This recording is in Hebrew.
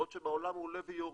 בעוד שבעולם הוא עולה ויורד